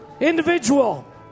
individual